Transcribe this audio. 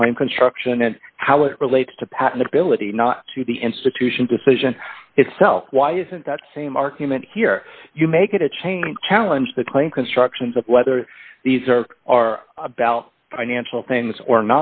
coin construction and how it relates to patentability not to the institution decision itself why isn't that same argument here you make it a changing challenge the claim constructions of whether these are are about financial things or